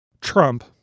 Trump